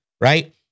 right